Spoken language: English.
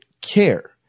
care